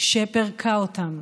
שפירקה אותן.